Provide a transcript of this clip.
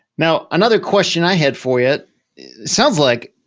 now, another question i had for you. it sounds like,